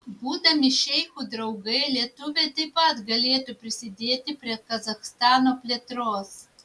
būdami šeichų draugai lietuviai taip pat galėtų prisidėti prie kazachstano plėtros